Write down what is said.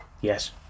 Yes